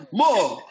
more